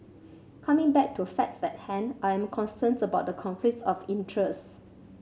coming back to facts at hand I am concerned about the conflicts of interest